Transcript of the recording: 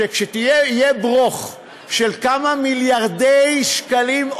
כי כשיהיה "ברוך" של כמה מיליארדי שקלים,